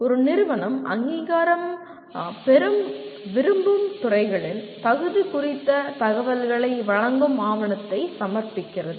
ஒரு நிறுவனம் அங்கீகாரம் பெற விரும்பும் துறைகளின் தகுதி குறித்த தகவல்களை வழங்கும் ஆவணத்தை சமர்ப்பிக்கிறது